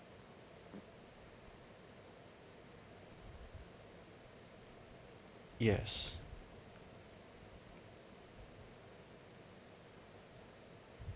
yes